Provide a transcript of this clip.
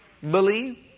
believe